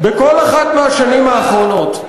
בכל אחת מהשנים האחרונות,